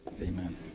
Amen